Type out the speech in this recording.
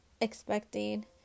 expecting